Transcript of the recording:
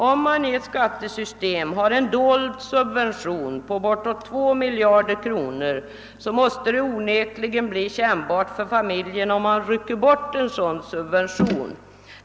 Om det i ett skattesystem finns en dold subvention på bortåt 2 miljarder kronor, måste det onekligen bli kännbart för familjerna om man rycker bort den subventionen.